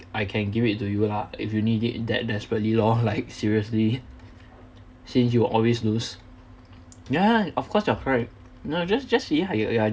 I can give it to you lah if you need it that desperately lor like seriously since you always lose ya of course you're correct no just just see how you're